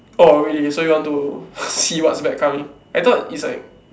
orh really so you want to see what's bad coming I thought is like